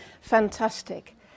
Fantastic